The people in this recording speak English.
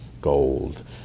gold